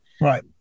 Right